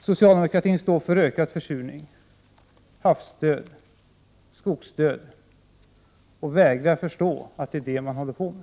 Socialdemokratin står för ökad försurning, havsdöd, skogsdöd och vägrar förstå att det är detta man håller på med.